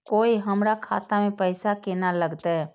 कोय हमरा खाता में पैसा केना लगते?